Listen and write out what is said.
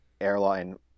airline